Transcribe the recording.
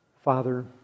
Father